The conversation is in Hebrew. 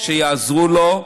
שיעזרו לו,